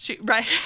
Right